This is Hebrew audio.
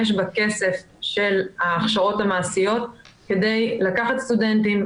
בכסף של ההכשרות המעשיות כדי לקחת סטודנטים,